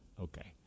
Okay